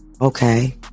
Okay